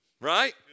Right